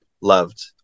loved